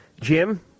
Jim